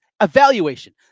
Evaluation